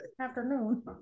Afternoon